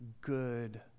good